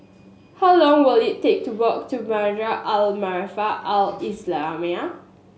how long will it take to walk to Madrasah Al Maarif Al Islamiah